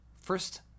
First